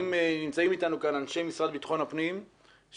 אם נמצאים איתנו כאן אנשי המשרד לבטחון הפנים שאולי